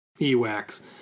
E-Wax